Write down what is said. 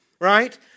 right